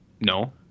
No